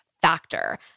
Factor